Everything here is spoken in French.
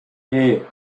hey